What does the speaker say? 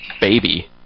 baby